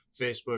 Facebook